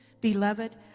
Beloved